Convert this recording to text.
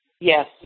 Yes